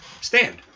Stand